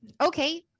Okay